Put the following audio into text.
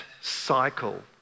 cycle